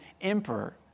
emperor